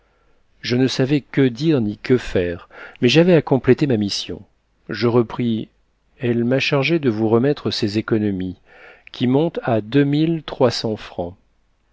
je ne savais que dire ni que faire mais j'avais à compléter ma mission je repris elle m'a chargé de vous remettre ses économies qui montent à